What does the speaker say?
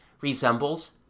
resembles